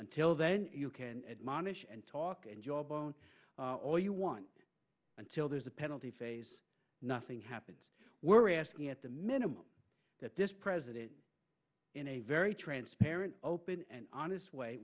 until then you can admonish and talk and jawbone all you want until there's a penalty phase nothing happens we're asking at the minimum that this president in a very transparent open and honest way